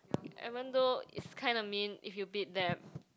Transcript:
even though it's kind of mean if you beat them